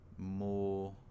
more